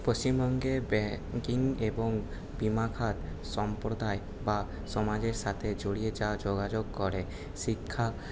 পশ্চিমবঙ্গের ব্যাঙ্কিং এবং বিমাখাত সম্প্রদায় বা সমাজের সাথে জড়িয়ে যা যোগাযোগ করে শিক্ষা